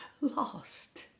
lost